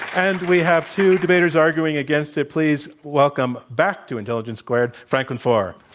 and we have two debaters arguing against it. please welcome back to intelligence squared franklin foer.